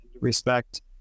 respect